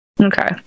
Okay